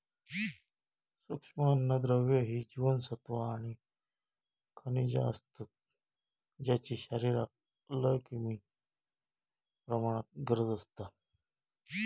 सूक्ष्म अन्नद्रव्य ही जीवनसत्वा आणि खनिजा असतत ज्यांची शरीराक लय कमी प्रमाणात गरज असता